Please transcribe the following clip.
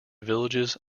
villages